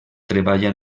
treballa